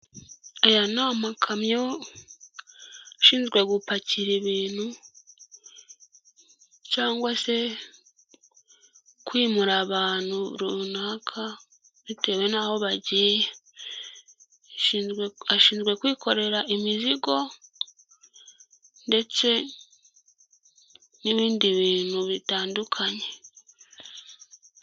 Aya ni amakamyo ashinzwe gupakira ibintu. Cyangwa se kwimura ahantu runaka bitewe n'aho bagiye. Ashinzwe kwikorera imizigo ndetse n'ibindi bintu bitandukanye.